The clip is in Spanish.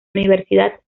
universidad